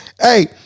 hey